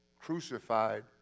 crucified